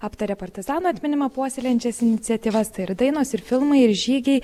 aptarė partizanų atminimą puoselėjančias iniciatyvas tai ir dainos ir filmai ir žygiai